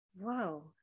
whoa